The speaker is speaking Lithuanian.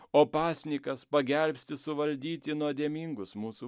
o pasninkas pagelbsti suvaldyti nuodėmingus mūsų